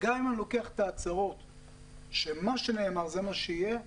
גם אם נגיד שמה שנאמר זה מה שיהיה,